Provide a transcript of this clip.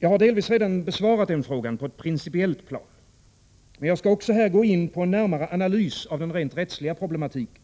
Jag har delvis redan besvarat den frågan på ett principiellt plan. Men jag skall också här gå in på en närmare analys av den rent rättsliga problematiken.